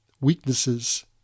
weaknesses